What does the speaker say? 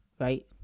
Right